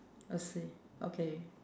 I see okay